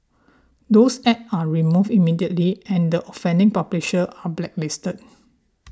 those ads are removed immediately and the offending publishers are blacklisted